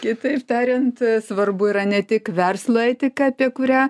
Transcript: kitaip tariant svarbu yra ne tik verslo etika apie kurią